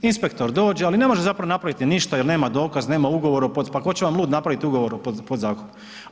Inspektor dođe, ali ne može zapravo napraviti ništa, jer nema dokaz, nema ugovor, pa tko će vam lud napraviti ugovor o podzakupu.